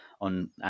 on